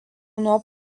nuo